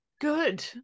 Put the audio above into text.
Good